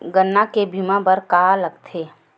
गन्ना के बीमा बर का का लगथे?